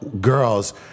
girls